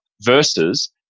versus